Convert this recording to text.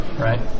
Right